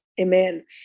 Amen